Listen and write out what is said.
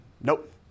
nope